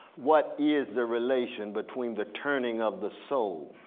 what is the relation between the turning of the soul,